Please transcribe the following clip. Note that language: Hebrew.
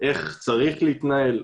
איך צריך להתנהל,